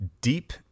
deep